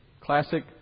Classic